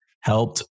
helped